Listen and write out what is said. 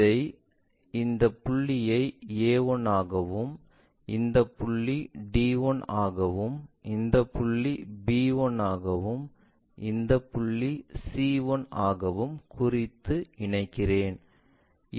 நான் இந்த புள்ளியை a1 ஆகவும் இந்த புள்ளி d 1 ஆகவும் இந்த புள்ளி b 1 ஆகவும் இந்த புள்ளி c1 ஆகவும் குறித்து இனைக்கிறேன்